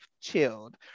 chilled